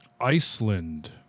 Iceland